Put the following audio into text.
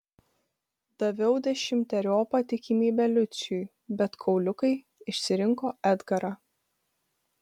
daviau dešimteriopą tikimybę lucijui bet kauliukai išsirinko edgarą